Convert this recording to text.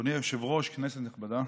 אדוני היושב-ראש, כנסת נכבדה,